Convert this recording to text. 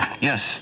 Yes